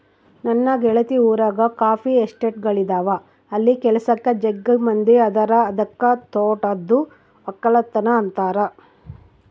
ನನ್ನ ಗೆಳತಿ ಊರಗ ಕಾಫಿ ಎಸ್ಟೇಟ್ಗಳಿದವ ಅಲ್ಲಿ ಕೆಲಸಕ್ಕ ಜಗ್ಗಿ ಮಂದಿ ಅದರ ಅದಕ್ಕ ತೋಟದ್ದು ವಕ್ಕಲತನ ಅಂತಾರ